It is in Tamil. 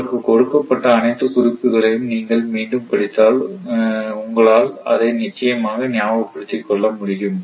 உங்களுக்கு கொடுக்கப்பட்ட அனைத்து குறிப்புகளையும் நீங்கள் மீண்டும் படித்தால் உங்களால் அதை நிச்சயமாக ஞாபகப்படுத்திக் கொள்ள முடியும்